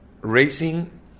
racing